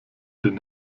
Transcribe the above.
den